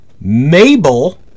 Mabel